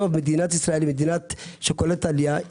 מדינת ישראל היא מדינה שקולטת עלייה.